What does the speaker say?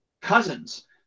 cousins